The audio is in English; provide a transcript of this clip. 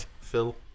Phil